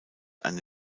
eine